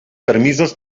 permisos